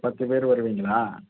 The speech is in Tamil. பத்து பேர் வருவீங்களா